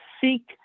seek